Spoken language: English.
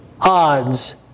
odds